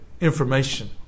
information